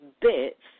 bits